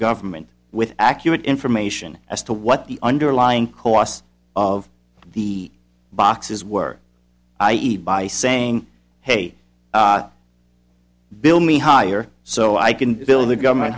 government with accurate information as to what the underlying cost of the boxes were i e by saying hey bill me higher so i can build the government